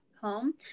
home